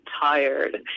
tired